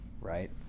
right